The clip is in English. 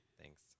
Thanks